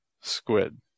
squid